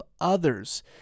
others